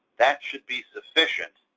that should be sufficient,